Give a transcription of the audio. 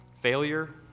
Failure